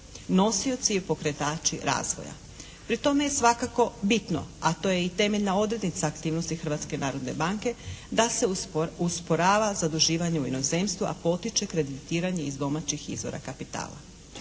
nosioci i pokretači razvoja. Pri tome je svakako bitno, a to je i temeljna odrednica aktivnosti Hrvatske narodne banke da se usporava zaduživanje u inozemstvu a potiče kreditiranje iz domaćih izvora kapitala.